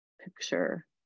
picture